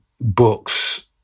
books